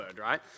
right